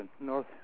North